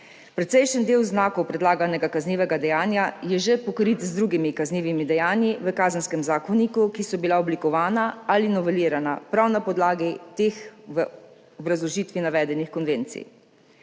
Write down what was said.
precejšen del znakov predlaganega kaznivega dejanja že pokrit z drugimi kaznivimi dejanji v Kazenskem zakoniku, ki so bila oblikovana ali novelirana prav na podlagi teh v obrazložitvi navedenih konvencij.